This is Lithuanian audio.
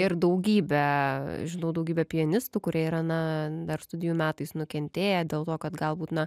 ir daugybę žinau daugybę pianistų kurie yra na dar studijų metais nukentėję dėl to kad galbūt na